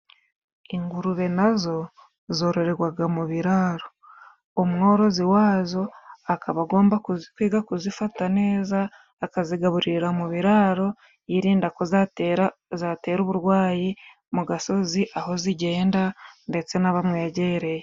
Ingurube nazo zororegwaga mu biraro, umworozi wazo akaba agomba kwiga kuzifata neza, akazigaburira mu biraro yirinda ko zatera zatera uburwayi mu gasozi aho zigenda ndetse n'abamwegereye.